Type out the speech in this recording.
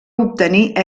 obtenir